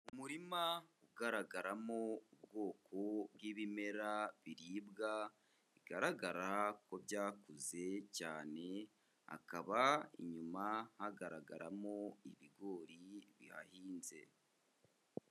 Umurima ugaragaramo ubwoko bw'ibimera biribwa bigaragara ko byakuze cyane, hakaba inyuma hagaragaramo ibigori bihahinze.